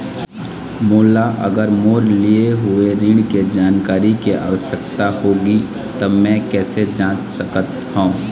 मोला अगर मोर लिए हुए ऋण के जानकारी के आवश्यकता होगी त मैं कैसे जांच सकत हव?